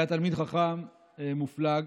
היה תלמיד חכם מופלג.